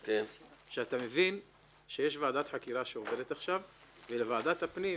שאתה מבין שיש ועדת חקירה שעובדת עכשיו ולוועדת הפנים,